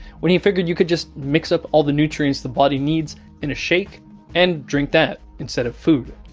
when he figured you could just mixup all the nutrients the body needs in a shake and drink that instead of food.